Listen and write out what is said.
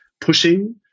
pushing